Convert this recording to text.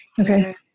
Okay